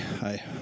hi